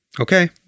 Okay